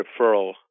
referral